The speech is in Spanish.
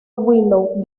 willow